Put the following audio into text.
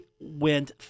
went